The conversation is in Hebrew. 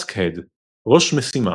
Task head – ראש משימה